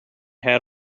had